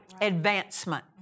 advancement